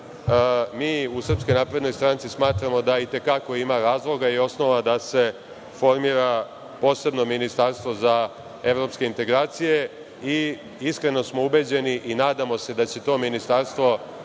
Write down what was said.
35 poglavlja, mi u SNS smatramo da i te kako ima razloga i osnova da se formira posebno ministarstvo za evropske integracije i iskreno smo ubeđeni i nadamo se da će to ministarstvo